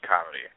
Comedy